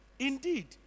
Indeed